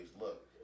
look